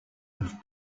have